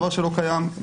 דבר שלא קיים,